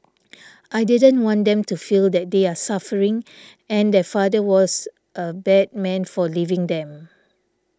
I didn't want them to feel that they were suffering and their father was a bad man for leaving them